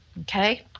okay